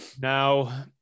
Now